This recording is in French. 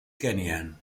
kényane